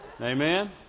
Amen